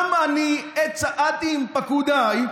גם אני, עת שצעדתי עם פקודיי,